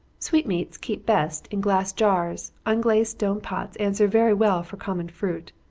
sweetmeats keep best in glass jars unglazed stone pots answer very well for common fruit.